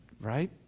Right